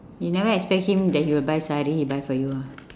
you never expect him that he will buy sari he buy for you ah